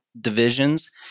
divisions